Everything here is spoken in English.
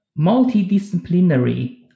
multidisciplinary